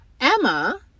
Emma